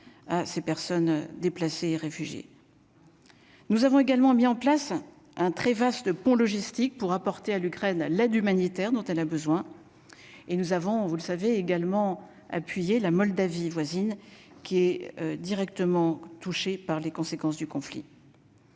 Nous avons également mis en place un très vaste pont logistique pour apporter à l'Ukraine, l'aide humanitaire dont elle a besoin et nous avons, vous le savez, également appuyé la Moldavie voisine qui est directement touché par les conséquences du conflit.